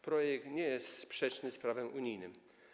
Projekt nie jest sprzeczny z prawem unijnym.